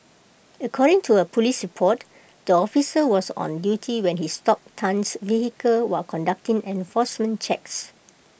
according to A Police port the officer was on duty when he stopped Tan's vehicle while conducting enforcement checks